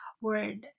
word